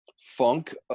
funk